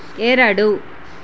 ಎರಡು